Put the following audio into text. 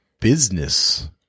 business